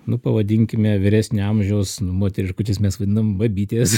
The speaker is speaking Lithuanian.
nu pavadinkime vyresnio amžiaus moteriškutes mes vadinam babytės